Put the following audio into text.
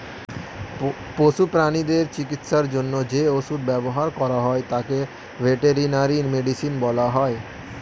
পশু প্রানীদের চিকিৎসার জন্য যে ওষুধ ব্যবহার করা হয় তাকে ভেটেরিনারি মেডিসিন বলা হয়